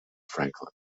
franklin